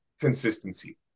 consistency